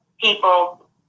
people